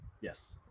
yes